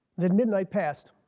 then midnight passed.